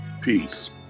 Peace